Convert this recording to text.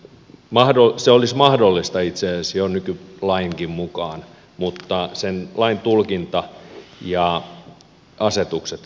se olisi mahdollista itse asiassa jo nykylainkin mukaan mutta lain tulkinta ja asetukset estävät sen